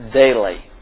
daily